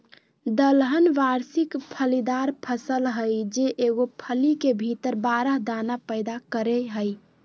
दलहन वार्षिक फलीदार फसल हइ जे एगो फली के भीतर बारह दाना पैदा करेय हइ